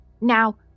Now